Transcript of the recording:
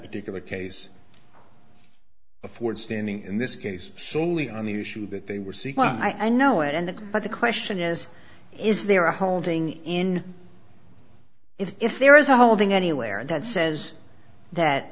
particular case afford standing in this case solely on the issue that they were seeking i know it and that but the question is is there a holding in if there is a holding anywhere that says that